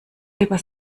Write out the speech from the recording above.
lieber